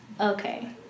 okay